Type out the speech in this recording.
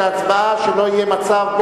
שלא יהיה פה מצב,